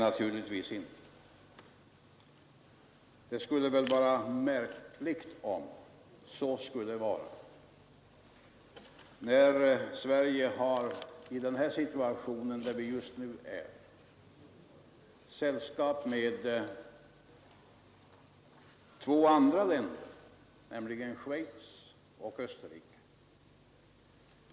Nej, naturligtvis inte. Det skulle vara märkligt om så vore fallet. I den situation vari vi just nu befinner oss har Sverige sällskap med två andra länder, nämligen Schweiz och Österrike.